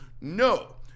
No